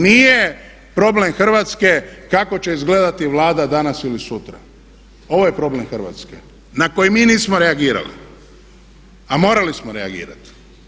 Nije problem Hrvatske kako će izgledati Vlada danas ili sutra, ovo je problem Hrvatske na koji mi nismo reagirali a morali smo reagirati.